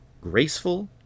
graceful